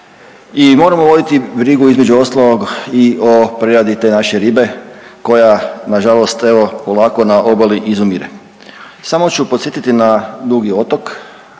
I moramo voditi brigu između ostalog i o preradi te naše ribe koja na žalost evo polako na obali izumire. Samo ću podsjetiti na Dugi otok,